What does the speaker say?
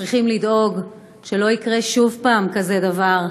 צריכים לדאוג שלא יקרה שוב כזה דבר,